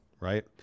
Right